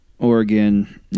Oregon